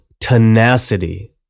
tenacity